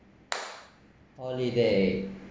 holiday